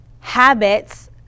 habits